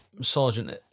Sergeant